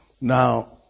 Now